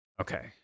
Okay